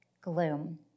gloom